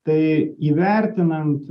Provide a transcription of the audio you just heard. tai įvertinant